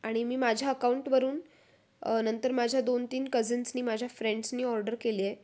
आणि मी माझ्या अकाऊंटवरून नंतर माझ्या दोन तीन कजिन्सनी माझ्या फ्रेंड्सनी ऑर्डर केले आहे